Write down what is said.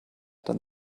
dann